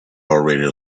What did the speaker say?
already